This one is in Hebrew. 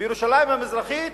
בירושלים המזרחית,